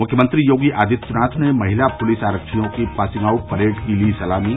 मुख्यमंत्री योगी आदित्यनाथ ने महिला पूलिस आरक्षियों की पासिंग आउट परेड की ली सलामी